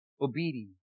obedience